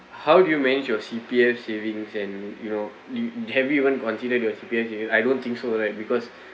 how do you manage your C_P_F savings and you know you have you even consider C_P_F I don't think so right because